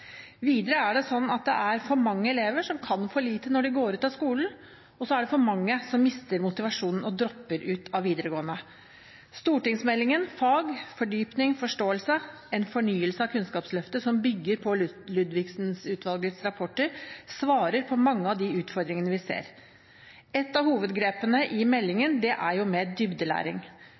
Videre er det slik at det er for mange elever som kan for lite når de går ut av skolen, og det er for mange som mister motivasjonen og dropper ut av videregående skole. Stortingsmeldingen Fag – Fordypning – Forståelse En fornyelse av Kunnskapsløftet, som bygger på Ludvigsen-utvalgets utredninger, svarer på mange av de utfordringene vi ser. Et av hovedgrepene i meldingen er mer dybdelæring. Kunnskapsløftet skal videreføres samtidig som det